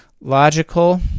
logical